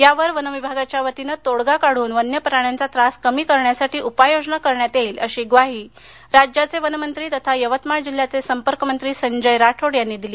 यावर वन विभागाच्या वतीने तोङगा काढून वन्यप्राण्यांचा त्रास कमी करण्यासाठी उपायोजना करण्यात येईल अशी ग्वाही राज्याचे वनमंत्री तथा यवतमाळ जिल्ह्याचे संपर्क मंत्री संजय राठोड यांनी दिली